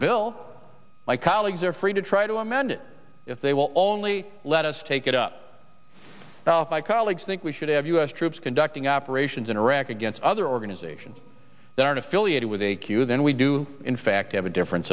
bill my colleagues are free to try to amend it if they will only let us take it up now colleagues think we should have u s troops conducting operations in iraq against other organizations that aren't affiliated with a q then we do in fact have a difference